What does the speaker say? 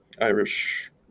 Irish